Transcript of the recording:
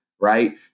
right